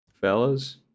fellas